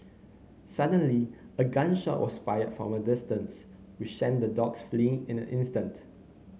suddenly a gun shot was fired from a distance which sent the dogs fleeing in an instant